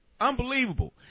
unbelievable